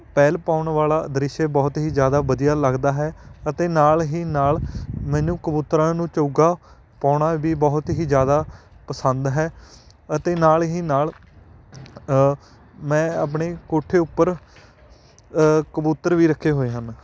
ਪੈਲ ਪਾਉਣ ਵਾਲਾ ਦ੍ਰਿਸ਼ ਬਹੁਤ ਹੀ ਜ਼ਿਆਦਾ ਵਧੀਆ ਲੱਗਦਾ ਹੈ ਅਤੇ ਨਾਲ ਹੀ ਨਾਲ ਮੈਨੂੰ ਕਬੂਤਰਾਂ ਨੂੰ ਚੋਗਾ ਪਾਉਣਾ ਵੀ ਬਹੁਤ ਹੀ ਜ਼ਿਆਦਾ ਪਸੰਦ ਹੈ ਅਤੇ ਨਾਲ ਹੀ ਨਾਲ ਮੈਂ ਆਪਣੇ ਕੋਠੇ ਉੱਪਰ ਕਬੂਤਰ ਵੀ ਰੱਖੇ ਹੋਏ ਹਨ